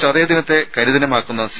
ചതയ ദിനത്തെ കരിദിനമാക്കുന്ന സി